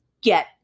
get